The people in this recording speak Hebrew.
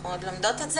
אנחנו עוד לומדות את זה,